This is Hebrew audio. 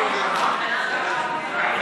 עמ'